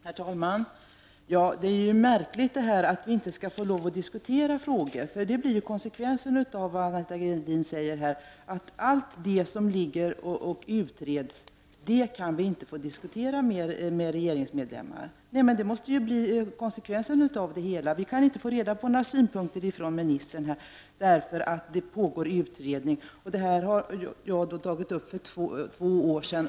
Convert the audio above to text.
Herr talman! Det är märkligt att vi inte skall få lov att diskutera frågor. Det blir nämligen konsekvensen av vad Anita Gradin säger. Allt det som är under utredning kan vi inte få diskutera med medlemmar av regeringen. Det måste bli konsekvensen av det hela. Vi kan inte få några synpunkter från ministern, eftersom det pågår utredning. Jag har tagit upp den här frågan för två år sedan.